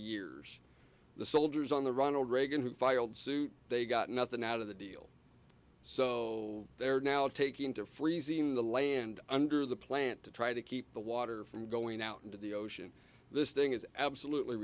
years the soldiers on the ronald reagan who filed suit they got nothing out of the deal so there are now taking to freezing the land under the plant to try to keep the water from going out into the ocean this thing is absolutely